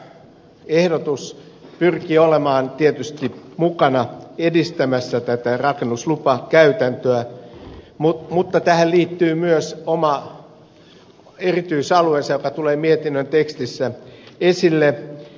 tämä ehdotus pyrkii olemaan tietysti mukana edistämässä tätä rakennuslupakäytäntöä mutta tähän liittyy myös oma erityisalueensa joka tulee mietinnön tekstissä esille